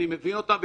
אני מבין אותם,